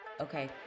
Okay